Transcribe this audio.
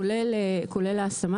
כולל ההשמה